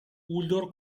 uldor